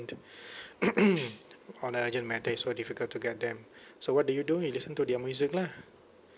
on a urgent matter it's so difficult to get them so what do you do you listen to their music lah